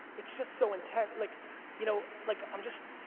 it's just so intent. like you know like i'm just,